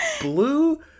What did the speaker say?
blue